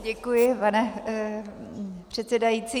Děkuji, pane předsedající.